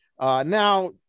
Now